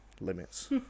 limits